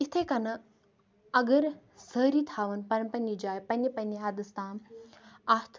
یِتھَے کَنۍ اگر سٲری تھاوَن پَنٛنہِ پنٛنہِ جایہِ پنٛنہِ پنٛنہِ حدَس تام اَتھ